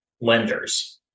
lenders